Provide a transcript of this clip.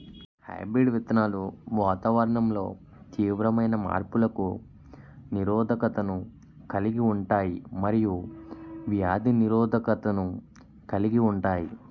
hybrid విత్తనాలు వాతావరణంలో తీవ్రమైన మార్పులకు నిరోధకతను కలిగి ఉంటాయి మరియు వ్యాధి నిరోధకతను కలిగి ఉంటాయి